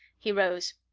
he rose.